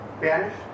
banished